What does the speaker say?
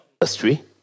industry